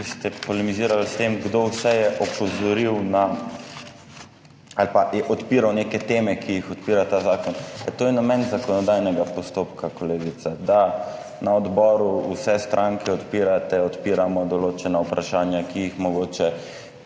ste polemizirali s tem, kdo vse je opozoril na ali pa je odpiral neke teme, ki jih odpira ta zakon. Ja, to je namen zakonodajnega postopka, kolegica, da na odboru vse stranke odpirate, odpiramo določena vprašanja, ki jih mogoče